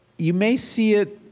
you may see it